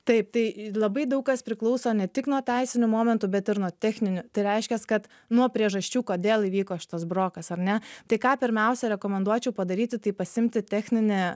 taip tai labai daug kas priklauso ne tik nuo teisinių momentų bet ir nuo techninių tai reiškias kad nuo priežasčių kodėl įvyko šitas brokas ar ne tai ką pirmiausia rekomenduočiau padaryti tai pasiimti techninį